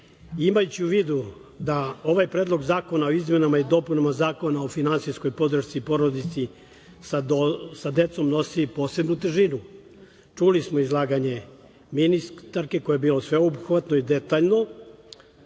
imajući u vidu da ovaj Ppredlog zakona o izmenama i dopunama Zakona o finansijskoj podršci porodici sa decom nosi posebnu težinu. Čuli smo izlaganje ministarke, koje je bilo sveobuhvatno i detaljno.